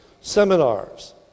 seminars